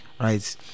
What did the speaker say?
right